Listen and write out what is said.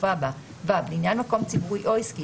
בסופה בא: בעניין מקום ציבורי או עסקי,